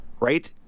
Right